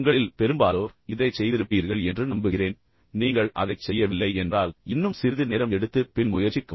உங்களில் பெரும்பாலோர் இதைச் செய்திருப்பீர்கள் என்று நம்புகிறேன் நீங்கள் அதைச் செய்யவில்லை என்றால் இன்னும் சிறிது நேரம் எடுத்து பின் முயற்சிக்கவும்